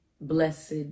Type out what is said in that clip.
Blessed